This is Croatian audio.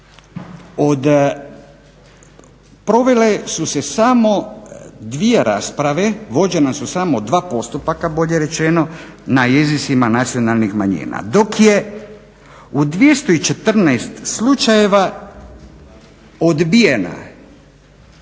provele su se samo dvije rasprave, vođena su samo dva postupka bolje rečeno na jezicima nacionalnih manjina. Dok je u 2014. slučajeva odbijena